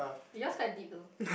yours quite deep though